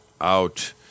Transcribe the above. out